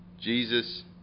Jesus